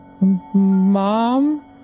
Mom